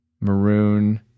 maroon